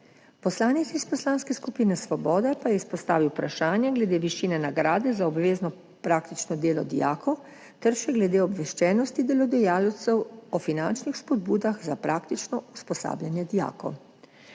Poslanec iz Poslanske skupine Svoboda pa je izpostavil vprašanje glede višine nagrade za obvezno praktično delo dijakov ter še glede obveščenosti delodajalcev o finančnih spodbudah za praktično usposabljanje dijakov.